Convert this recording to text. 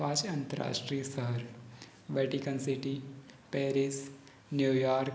पाँच अंतर्राष्ट्रीय शहर वेटिकन सिटी पेरिस न्यूयॉर्क